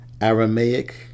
Aramaic